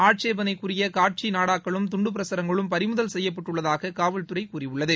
ஆட்சேபணைக்குரிய காட்சி நாடாக்களும் துண்டு பிரகரங்களும் பறிமுதல் செய்யப்பட்டுள்ளதாக காவல்துறை கூறியுள்ளது